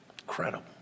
Incredible